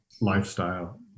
lifestyle